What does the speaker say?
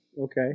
Okay